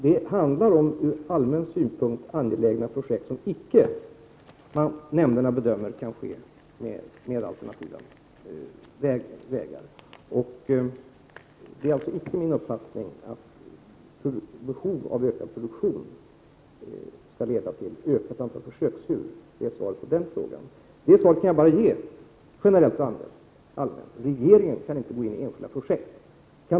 Det handlar om ur allmän synpunkt angelägna projekt som nämnderna bedömer icke kan ske med alternativa metoder. Det är alltså icke min uppfattning att behovet av ökad produktion skall leda till en ökning av antalet djurförsök. Det är svaret på den frågan. Jag kan ge det generella svaret att regeringen inte kan gå in i enskilda projekt.